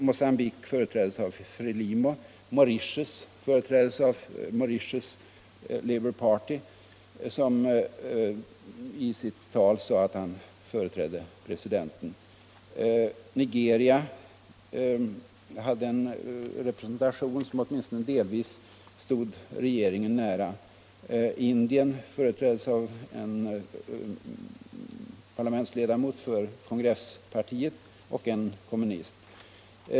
Mogambique företräddes av Frelimo, Mauritius av Mauritius Labour Party, vars representant i sitt tal sade att han företrädde presidenten. Nigeria hade en representation som åtminstone delvis stod regeringen nära. Indien representerades av en parlamentsledamot för kongresspartiet och en kommunist.